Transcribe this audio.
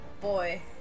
boy